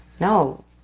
no